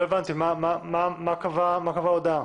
לא הבנתי, מה קבעה ההודעה?